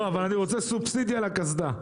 אבל אני רוצה סובסידיה לקסדה.